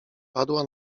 padła